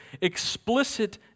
explicit